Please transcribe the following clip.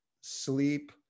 sleep